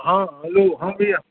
हा हैलो हा भैया